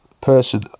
person